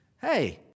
Hey